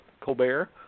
Colbert